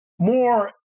more